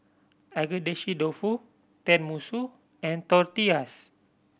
Agedashi Dofu Tenmusu and Tortillas